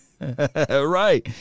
Right